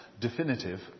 definitive